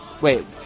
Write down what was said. Wait